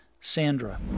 Sandra